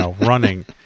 running